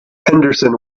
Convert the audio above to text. henderson